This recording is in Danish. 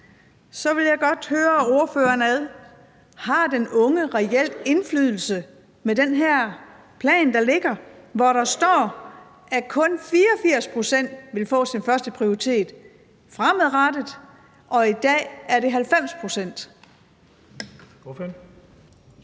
Så vil jeg godt høre ordføreren: Har den unge reelt indflydelse med den her plan, der ligger, hvor der står, at kun 84 pct. fremadrettet vil få sin førsteprioritet, når det i dag er 90 pct.?